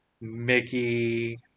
Mickey